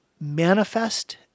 manifest